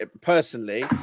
personally